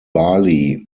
bali